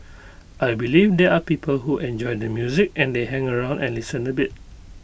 I believe there are people who enjoy the music and they hang around and listen A bit